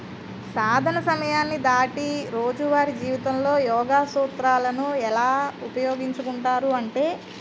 సాధన సమయాన్ని దాటి రోజువారి జీవితంలో యోగా సూత్రాలను ఎలా ఉపయోగించుకుంటారు అంటే